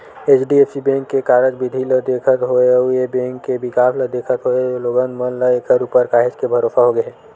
HDFC bank के कारज बिधि ल देखत होय अउ ए बेंक के बिकास ल देखत होय लोगन मन ल ऐखर ऊपर काहेच के भरोसा होगे हे